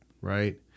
Right